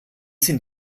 sind